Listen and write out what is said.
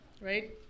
right